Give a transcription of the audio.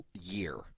year